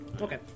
Okay